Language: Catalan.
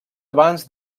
abans